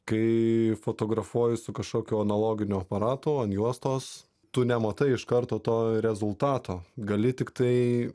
kai fotografuoji su kažkokiu analoginiu aparatu ant juostos tu nematai iš karto to rezultato gali tiktai